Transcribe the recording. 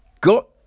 got